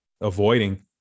avoiding